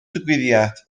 digwyddiad